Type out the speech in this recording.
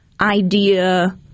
idea